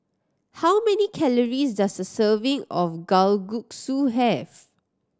how many calories does a serving of Kalguksu have